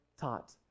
taught